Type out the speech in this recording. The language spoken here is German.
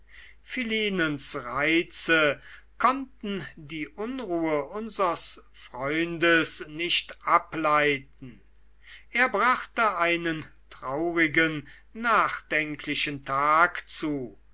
philinens reize konnten die unruhe unsers freundes nicht ableiten er brachte einen traurigen nachdenklichen tag zu